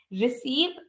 receive